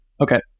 Okay